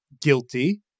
Guilty